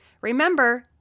Remember